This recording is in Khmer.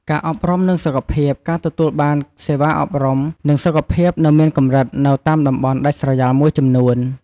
ការអប់រំ និងសុខភាព ការទទួលបានសេវាអប់រំ និងសុខភាពនៅមានកម្រិតនៅតាមតំបន់ដាច់ស្រយាលមួយចំនួន។